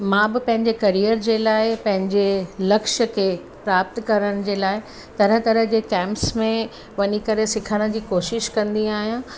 मां बि पंहिंजे करियर जे लाइ पंहिंजे लक्ष्य खे प्राप्त करण जे लाइ तरह तरह जे कैम्प्स में वञी करे सिखण जी कोशिश कंदी आहियां